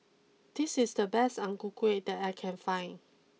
this is the best Ang Ku Kueh that I can find